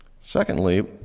Secondly